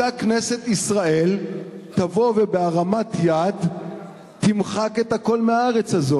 אותה כנסת ישראל תבוא ובהרמת יד תמחק את הכול מהארץ הזאת?